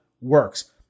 works